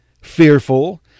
fearful